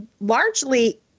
largely